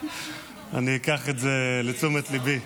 אני אקח את זה לתשומת ליבי.